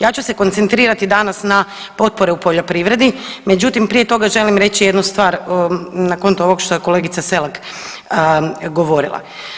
Ja ću se koncentrirati danas na potpore u poljoprivredi međutim prije toga želim reći jednu stvar na konto ovog što je kolegica Selak govorila.